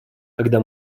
когда